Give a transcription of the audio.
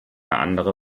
andere